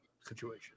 situation